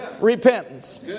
repentance